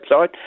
website